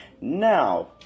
now